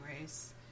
race